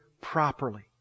properly